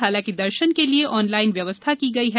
हालांकि दर्शन के लिये ऑनलाइन व्यवस्था की गई है